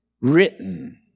Written